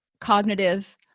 cognitive